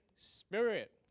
Spirit